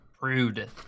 Rude